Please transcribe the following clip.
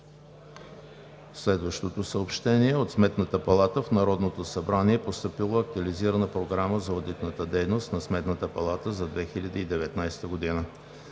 мотивите към него. От Сметната палата в Народното събрание е постъпила Актуализирана програма за одитната дейност на Сметната палата за 2019 г.